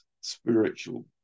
spiritual